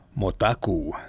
Motaku